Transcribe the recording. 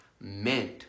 meant